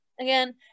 again